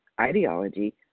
ideology